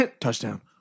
Touchdown